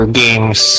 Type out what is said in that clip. games